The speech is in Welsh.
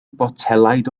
botelaid